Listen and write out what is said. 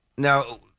Now